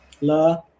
La